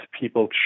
people